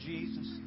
Jesus